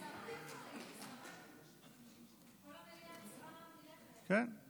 כל המליאה, כן.